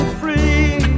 free